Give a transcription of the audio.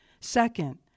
Second